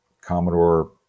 Commodore